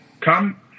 come